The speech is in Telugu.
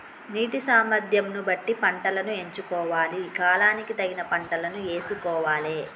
నీటి సామర్థ్యం ను బట్టి పంటలను ఎంచుకోవాలి, కాలానికి తగిన పంటలను యేసుకోవాలె